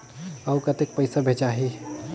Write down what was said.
अउ कतेक पइसा भेजाही?